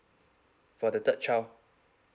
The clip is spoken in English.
for the third child